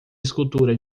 escultura